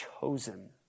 chosen